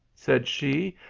said she,